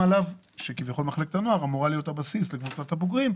שכביכול מחלקת הנוער אמורה להיות הבסיס לקבוצת הבוגרים,